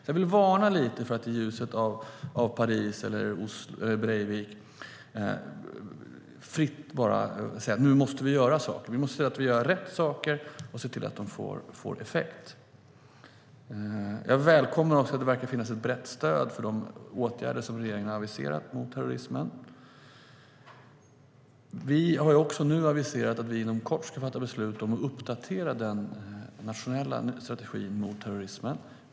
Jag vill varna lite för att i ljuset av Parishändelserna eller Breivik göra lite vad som helst. Vi måste göra rätt saker och se till att de får effekt. Jag välkomnar att det verkar finnas ett brett stöd för de åtgärder som regeringen har aviserat mot terrorismen. Vi har nu också aviserat att vi inom kort ska fatta beslut om att uppdatera den nationella strategin mot terrorism.